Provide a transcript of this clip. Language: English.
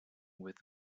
with